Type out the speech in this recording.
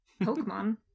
Pokemon